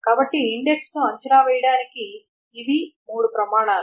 కాబట్టి ఇండెక్స్ ను అంచనా వేయడానికి ఇవి మూడు ప్రమాణాలు